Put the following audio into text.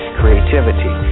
creativity